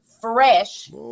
fresh